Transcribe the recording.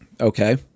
Okay